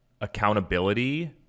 accountability